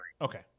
Okay